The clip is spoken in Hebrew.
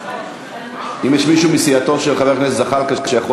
ראשון הדוברים, חבר הכנסת ג'מאל זחאלקה.